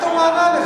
עברית